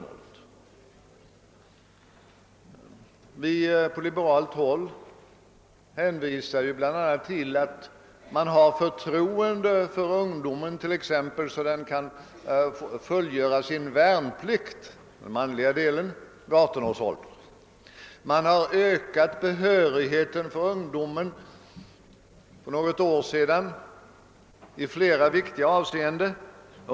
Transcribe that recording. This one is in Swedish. Vi på liberalt håll hänvisar bl.a. till att vårt land har sådant förtroende för ungdomen att man låter den manliga delen fullgöra sin värnplikt vid 18 års ålder. Statsmakterna har för något år sedan ökat behörigheten för ungdomen i flera viktiga avseenden.